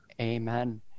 amen